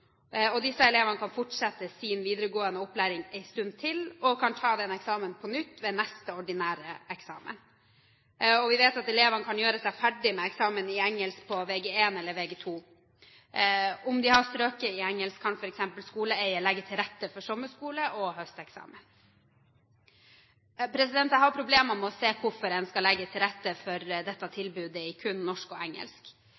og disse elevene kan fortsette sin videregående opplæring en stund til, og kan ta denne eksamenen på nytt ved neste ordinære eksamen. Vi vet at elevene kan gjøre seg ferdig med eksamen i engelsk på Vg1 eller Vg2. Om de har strøket i engelsk, kan f.eks. skoleeier legge til rette for sommerskole og høsteksamen. Jeg har problemer med å se hvorfor en skal legge til rette for dette